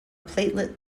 platelet